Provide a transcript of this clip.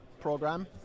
program